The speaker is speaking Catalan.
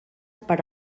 per